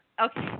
Okay